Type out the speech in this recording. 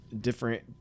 different